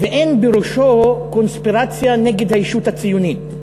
ואין בראשו קונספירציה נגד הישות הציונית,